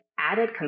added